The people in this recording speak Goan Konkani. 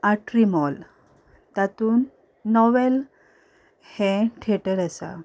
आट्री मॉल तातून नवेंं हें थेटर आसा